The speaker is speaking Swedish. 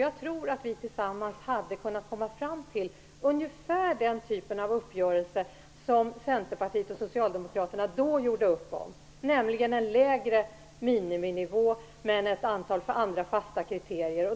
Jag tror att vi tillsammans hade kunnat åstadkomma ungefär den typen av uppgörelse som Centerpartiet och Socialdemokraterna då kom fram till, nämligen en lägre miniminivå men ett antal andra fasta kriterier.